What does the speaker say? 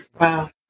Wow